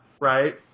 right